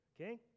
okay